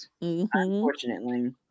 unfortunately